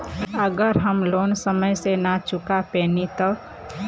अगर हम लोन समय से ना चुका पैनी तब?